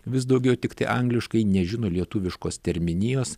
vis daugiau tiktai angliškai nežino lietuviškos terminijos